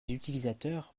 utilisateurs